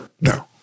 No